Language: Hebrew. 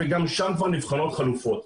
וגם שם כבר נבחנות חלופות.